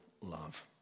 love